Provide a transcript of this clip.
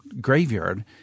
graveyard